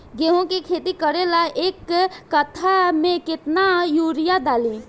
गेहूं के खेती करे ला एक काठा में केतना युरीयाँ डाली?